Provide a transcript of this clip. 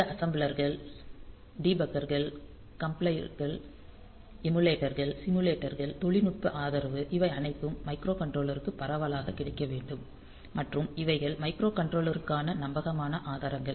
இந்த அசெம்பிளர்கள் டிபக்கர்கள் கம்பைலர்கள் எமுலேட்டர்கள் சிமுலேட்டர் தொழில்நுட்ப ஆதரவு இவை அனைத்தும் மைக்ரோகண்ட்ரோலருக்குப் பரவலாக கிடைக்க வேண்டும் மற்றும் இவைகள் மைக்ரோகண்ட்ரோலருக்கான நம்பகமான ஆதாரங்கள்